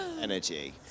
energy